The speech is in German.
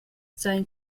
sein